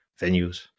venues